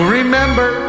remember